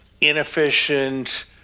inefficient